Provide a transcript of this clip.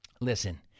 listen